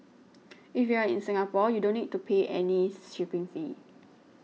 if you are in Singapore you don't need to pay any shipping fee